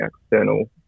external